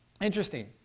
interesting